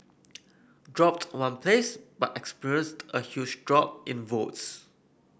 dropped one place but experienced a huge drop in votes